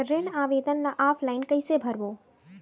ऋण आवेदन ल ऑफलाइन कइसे भरबो?